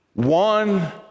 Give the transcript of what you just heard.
One